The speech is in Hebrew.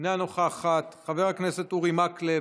אינה נוכחת, חבר הכנסת אורי מקלב,